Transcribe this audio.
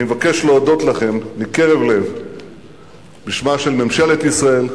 אני מבקש להודות לכם מקרב לב בשמה של ממשלת ישראל,